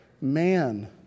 man